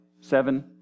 seven